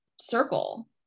circle